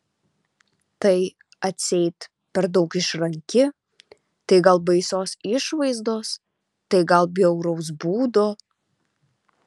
tai atseit per daug išranki tai gal baisios išvaizdos tai gal bjauraus būdo